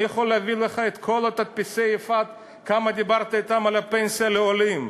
אני יכול להביא לך את כל תדפיסי "יפעת" כמה דיברת אתם על הפנסיה לעולים,